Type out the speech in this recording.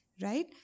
right